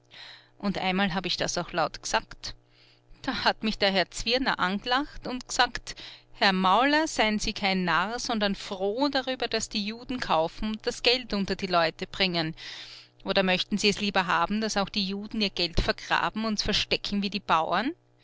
und einmal habe ich das auch laut gesagt da hat mich der herr zwirner angelacht und gesagt herr mauler sein sie kein narr sondern froh darüber daß die juden kaufen und das geld unter die leute bringen oder möchten sie es lieber haben daß auch die juden ihr geld vergraben und verstecken wie die bauern